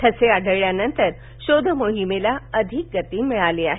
ठसे आढळल्यानंतर शोध मोहीमेला अधिक गती मिळाली आहे